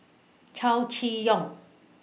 Chow Chee Yong